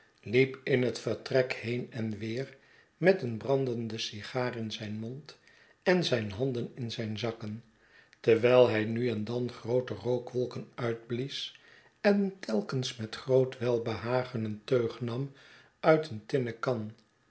liep in het vertrek heen en weer met een brandende sigaar in zijn mond en zijn handen in zijn zakken terwijl hij nu en dan groote rookwolken uitblies en telkens met groot welbehagen een teug nam uit een tinnen kan